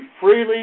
freely